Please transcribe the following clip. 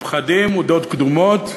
ופחדים ודעות קדומות,